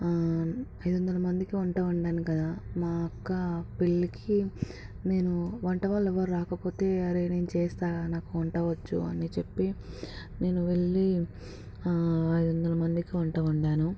ఐదు వందల మందికి వంట వండాను కదా మాఅక్క పెళ్ళికి నేను వంట వాళ్ళు ఎవరు రాకపోతే అరే నేను చేస్తాను నాకు వంట వచ్చు అని చెప్పి నేను వెళ్ళి ఐదు వందల మందికి వంట వండాను